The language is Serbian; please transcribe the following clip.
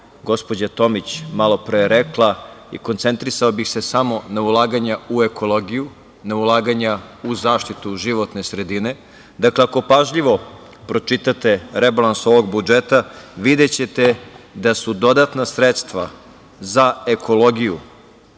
gospođa Tomić malopre rekla i koncentrisao bih se samo na ulaganja u ekologiju, na ulaganja u zaštitu životne sredine. Dakle, ako pažljivo pročitate rebalans ovog budžeta, videćete da su dodatna sredstva za ekologiju